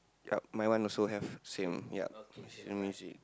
yup my one also have same yup lemme see